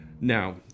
Now